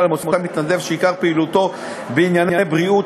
למוסד מתנדב שעיקר פעילותו בענייני בריאות,